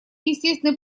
естественный